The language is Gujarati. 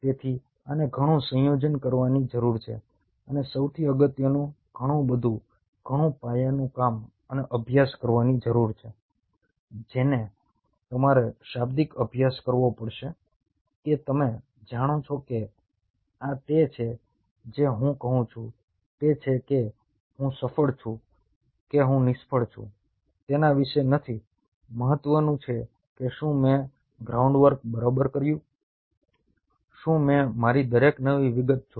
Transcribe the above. તેથી આને ઘણું આયોજન કરવાની જરૂર છે અને સૌથી અગત્યનું ઘણું બધું ઘણું પાયાનું કામ અને અભ્યાસ કરવાની જરૂર છે જેનો તમારે શાબ્દિક અભ્યાસ કરવો પડશે કે તમે જાણો છો કે આ તે છે જે હું કહું છું તે છે કે હું સફળ છું કે હું નિષ્ફળ છું તેના વિશે નથી મહત્વનું છે કે શું મેં ગ્રાઉન્ડવર્ક બરાબર કર્યું શું મેં મારી દરેક નવી વિગત જોઈ